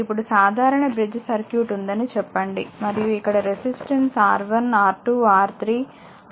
ఇప్పుడు సాధారణ bridge circuit ఉందని చెప్పండి మరియు ఇక్కడ resistance R1 R2 R3 R4 R5 R6 ఉన్నాయి